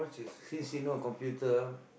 since she not on computer